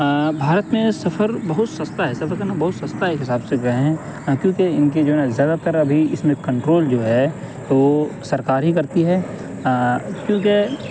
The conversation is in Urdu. بھارت میں سفر بہت سستا ہے سفر کرنا بہت سستا ہے ایک حساب سے جو ہے کیونکہ ان کے جو ہے نا زیادہ تر ابھی اس میں کنٹرول جو ہے وہ سرکار ہی کرتی ہے کیونکہ